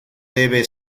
debe